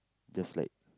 just like